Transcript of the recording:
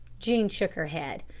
jean shook her head.